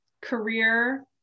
career